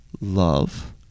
Love